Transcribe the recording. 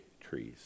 trees